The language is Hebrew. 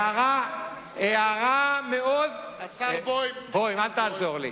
הערה מאוד, בוים, אל תעזור לי.